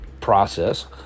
process